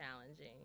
challenging